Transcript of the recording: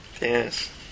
Yes